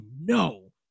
no